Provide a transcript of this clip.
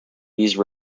these